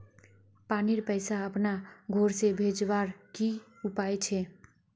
पानीर पैसा अपना घोर से भेजवार की उपाय छे?